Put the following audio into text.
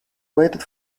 waited